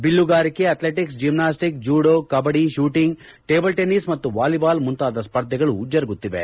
ಬಿಲ್ಲುಗಾರಿಕೆ athletic gymnastic judo kabaddi shooting table tennis ಮತ್ತು volleyball ಮುಂತಾದ ಸ್ಪರ್ಧೆಗಳು ಜರುಗುತ್ತಿವೆ